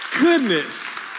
goodness